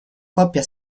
coppia